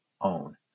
own